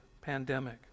pandemic